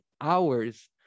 hours